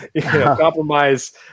compromise